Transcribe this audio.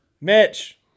Mitch